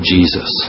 Jesus